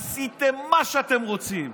עשיתם מה שאתם רוצים,